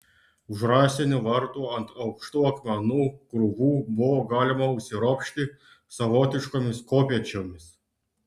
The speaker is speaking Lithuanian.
už rąstinių vartų ant aukštų akmenų krūvų buvo galima užsiropšti savotiškomis kopėčiomis